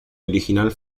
original